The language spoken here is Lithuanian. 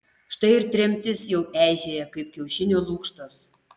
štai ir tremtis jau eižėja kaip kiaušinio lukštas